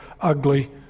ugly